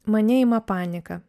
mane ima panika